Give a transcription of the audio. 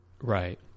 Right